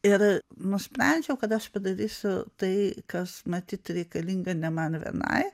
ir nusprendžiau kad aš padarysiu tai kas matyt reikalinga ne man vienai